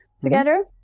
together